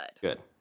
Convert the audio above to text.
Good